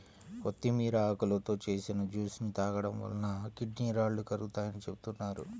కొత్తిమీర ఆకులతో చేసిన జ్యూస్ ని తాగడం వలన కిడ్నీ రాళ్లు కరుగుతాయని చెబుతున్నారు